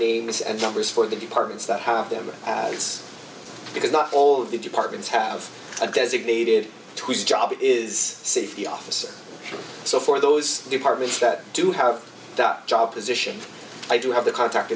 names and numbers for the departments that have them it's because not all of the departments have a designated twitter job it is safety officer so for those departments that do have that job position i do have the contact